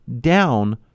down